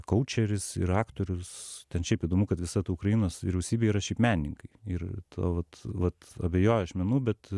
kaučeris ir aktorius ten šiaip įdomu kad visa ta ukrainos vyriausybė yra šiaip menininkai ir tuo vat vat abejoju aš menu bet